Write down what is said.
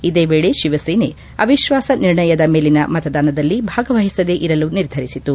ಇದೇ ವೇಳೆ ಶಿವಸೇನೆ ಅವಿಶ್ವಾಸ ನಿರ್ಣಯದ ಮೇಲಿನ ಮತದಾನದಲ್ಲಿ ಭಾಗವಹಿಸದೇ ಇರಲು ನಿರ್ಧರಿಸಿತು